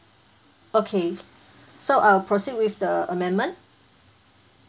okay so I'll proceed with the amendment